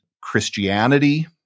Christianity